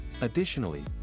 Additionally